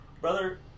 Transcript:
Brother